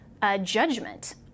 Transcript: judgment